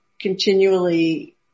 continually